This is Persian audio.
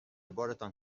بارتان